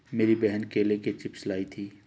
मेरी बहन केले के चिप्स लाई थी